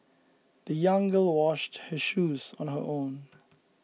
the young girl washed her shoes on her own